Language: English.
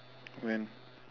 when